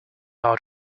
out